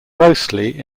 mostly